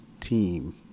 team